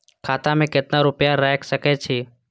खाता में केतना रूपया रैख सके छी?